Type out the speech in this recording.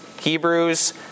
Hebrews